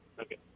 okay